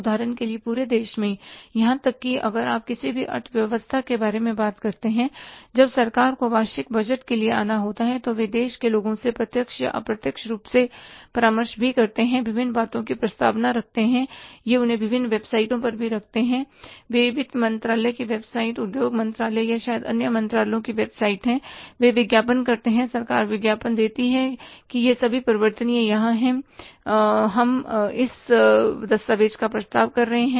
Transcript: उदाहरण के लिए पूरे देश में यहां तक कि अगर आप किसी भी अर्थव्यवस्था के बारे में बात करते हैं जब सरकार को वार्षिक बजट के लिए आना होता है तो वे देश के लोगों से प्रत्यक्ष या अप्रत्यक्ष रूप से परामर्श भी करते हैं विभिन्न बातों की प्रस्तावना रखते हैं यह उन्हें विभिन्न वेबसाइटों पर भी रखते हैंहै वित्त मंत्रालय की वेबसाइट उद्योग मंत्रालय या शायद अन्य मंत्रालयों की वेबसाइटें वे विज्ञापन करते हैं सरकार विज्ञापन देती है कि यह सभी परिवर्तन यहां हैं हम इस दस्तावेज़ का प्रस्ताव कर रहे हैं